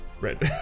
Red